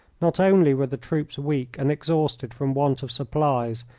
not only were the troops weak and exhausted from want of supplies,